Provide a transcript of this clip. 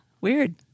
weird